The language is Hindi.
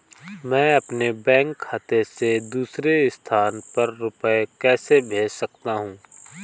मैं अपने बैंक खाते से दूसरे स्थान पर रुपए कैसे भेज सकता हूँ?